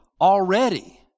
already